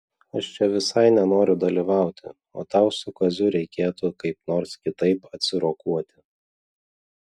aš čia visai nenoriu dalyvauti o tau su kaziu reikėtų kaip nors kitaip atsirokuoti